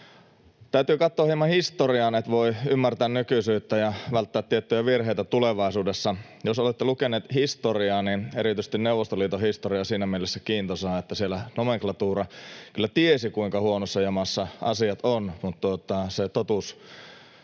Täytyy katsoa hieman historiaan, että voi ymmärtää nykyisyyttä ja välttää tiettyjä virheitä tulevaisuudessa. Jos olette lukeneet historiaa, niin erityisesti Neuvostoliiton historia on siinä mielessä kiintoisaa, että siellä nomenklatuura kyllä tiesi, kuinka huonossa jamassa asiat ovat, mutta se totuus